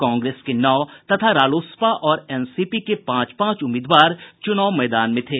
कांग्रेस के नौ तथा रालेसपा और एनसीपी के पांच पांच उम्मीदवार चुनाव मैदान में थे